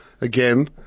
again